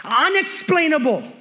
unexplainable